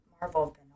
Marvel